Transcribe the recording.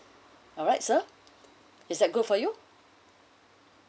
alright sir is that good for you